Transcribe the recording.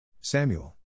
Samuel